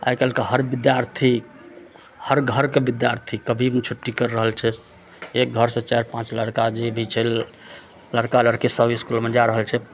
आइ काल्हिके हर विद्यार्थी हर घरके विद्यार्थी कभी भी छुट्टी करि रहल छै एक घरसँ चारि पाँच लड़िका जे भी छै लड़िका लड़की सब इसकुलमे जा रहल छै